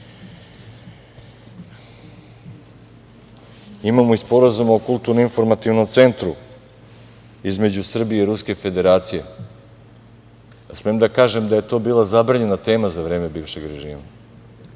radio. Imamo i Sporazum o Kulturno-informativnom centru između Srbije i Ruske Federacije. Da li smem da kažem da je to bila zabranjena tema za vreme bivšeg režima,